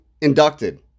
inducted